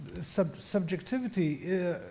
subjectivity